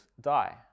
die